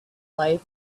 life